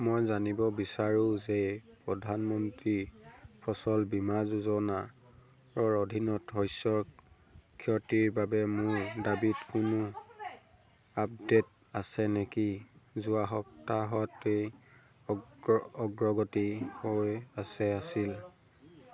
মই জানিব বিচাৰো যে প্ৰধানমন্ত্ৰী ফচল বীমা যোজনাৰ অধীনত শস্যৰ ক্ষতিৰ বাবে মোৰ দাবীত কোনো আপডে'ট আছে নেকি যোৱা সপ্তাহত ই অগ অগ্ৰগতি হৈ আছে আছিল